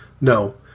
No